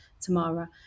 Tamara